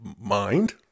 mind